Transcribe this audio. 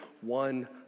one